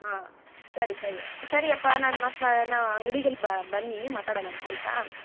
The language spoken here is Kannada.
ಹಾಂ ಸರಿ ಸರಿ ಸರಿಯಪ್ಪ ನಾನು ಮತ್ತು ಮ ನಾ ಅಂಗ್ಡಿಗೆ ಇಲ್ಲಿ ಬನ್ನಿ ಮಾತಾಡನ ಅಂತ ಆಯಿತಾ